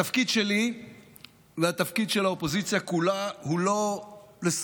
התפקיד שלי והתפקיד של האופוזיציה כולה הוא לא לסדר